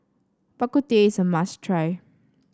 Bak Kut Teh is a must try